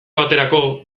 baterako